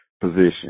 position